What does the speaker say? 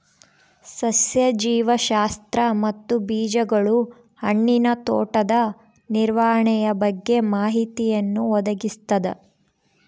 ಸಸ್ಯ ಜೀವಶಾಸ್ತ್ರ ಮತ್ತು ಬೀಜಗಳು ಹಣ್ಣಿನ ತೋಟದ ನಿರ್ವಹಣೆಯ ಬಗ್ಗೆ ಮಾಹಿತಿಯನ್ನು ಒದಗಿಸ್ತದ